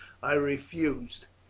i refused.